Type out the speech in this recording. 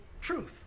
Truth